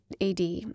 AD